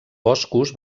boscos